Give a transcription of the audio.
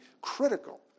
critical